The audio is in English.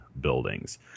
buildings